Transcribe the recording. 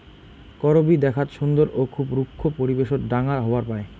করবী দ্যাখ্যাত সুন্দর ও খুব রুক্ষ পরিবেশত ঢাঙ্গা হবার পায়